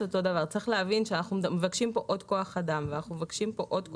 צריך להבין שאנחנו מבקשים כאן עוד כוח אדם ואנחנו מבקשים כאן עוד כל